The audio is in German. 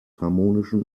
harmonischen